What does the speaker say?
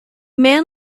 man